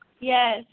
Yes